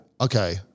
Okay